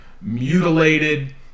mutilated